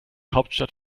hauptstadt